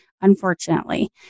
unfortunately